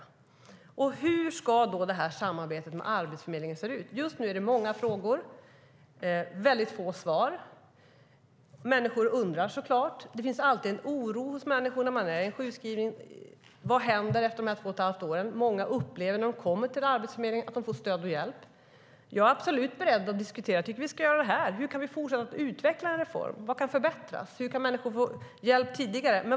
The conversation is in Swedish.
Hur ska samarbetet med Arbetsförmedlingen se ut? Just nu är det många frågor och få svar. Människor undrar. Det finns alltid en oro hos sjukskrivna människor om vad som händer efter de två och ett halvt åren. Många upplever när de kommer till Arbetsförmedlingen att de får stöd och hjälp. Jag är absolut beredd att diskutera. Jag tycker att vi ska göra det här. Hur kan vi fortsätta att utveckla en reform? Vad kan förbättras? Hur kan människor få hjälp tidigare?